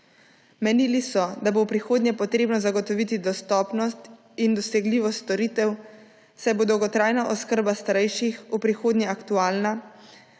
Menili so, da bo v prihodnje treba zagotoviti dostopnost in dosegljivost storitev, saj bo dolgotrajna oskrba starejših v prihodnje aktualna,